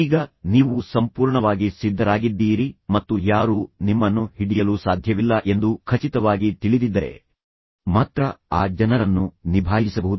ಈಗ ನೀವು ಸಂಪೂರ್ಣವಾಗಿ ಸಿದ್ಧರಾಗಿದ್ದೀರಿ ಮತ್ತು ಯಾರೂ ನಿಮ್ಮನ್ನು ಹಿಡಿಯಲು ಸಾಧ್ಯವಿಲ್ಲ ಎಂದು ಖಚಿತವಾಗಿ ತಿಳಿದಿದ್ದರೆ ಮಾತ್ರ ಆ ಜನರನ್ನು ನಿಭಾಯಿಸಬಹುದು